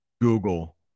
google